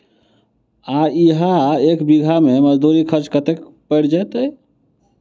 आ इहा एक बीघा मे मजदूरी खर्च कतेक पएर जेतय?